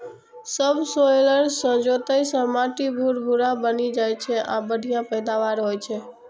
subsoiler सं जोताइ सं माटि भुरभुरा बनि जाइ छै आ बढ़िया पैदावार होइ छै